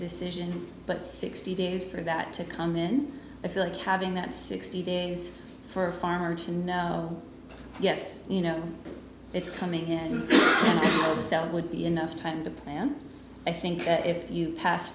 decision but sixty days for that to come in it's like having that sixty days for a farmer to know yes you know it's coming in to sell it would be enough time to plan i think if you pass